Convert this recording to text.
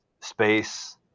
space